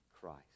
Christ